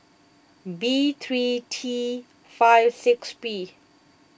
B three T five six P